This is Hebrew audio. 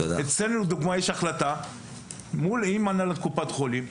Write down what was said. אצלנו לדוגמה יש החלטה עם הנהלת קופת חולים,